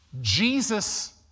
Jesus